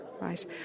right